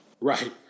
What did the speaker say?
Right